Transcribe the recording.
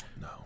No